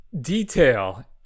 detail